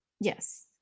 yes